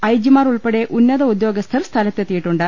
I ജിമാർ ഉൾപ്പെടെ ഉന്നത ഉദ്യോഗസ്ഥർ സ്ഥലത്തെത്തിയിട്ടുണ്ട്